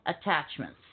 attachments